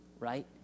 right